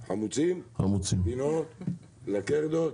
חמוצים, גבינות, לקרדות,